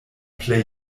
plej